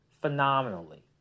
Phenomenally